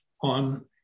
on